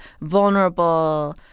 vulnerable